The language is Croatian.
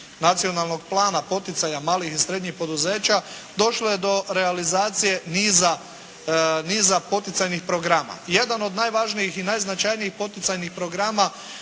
Nacionalnog plana poticanja malih i srednjih poduzeća, došlo je do realizacije niza poticajnih programa. Jedan od najvažnijih i najznačajnijih poticajnih programa